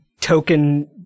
token